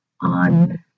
on